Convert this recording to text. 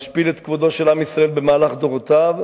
משפיל את כבודו של עם ישראל במהלך דורותיו,